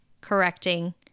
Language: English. correcting